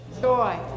joy